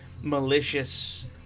malicious